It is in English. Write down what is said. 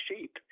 sheep